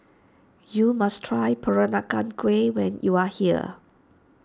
you must try Peranakan Kueh when you are here